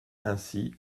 ainsi